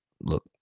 look